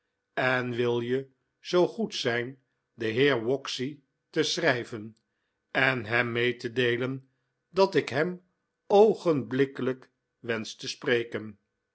en wil je zoo goed zijn den heer waxy te schrijven en hem mee te deelen dat ik hem oogenblikkelijk wensch te spreken